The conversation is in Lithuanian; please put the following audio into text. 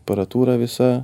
aparatūra visa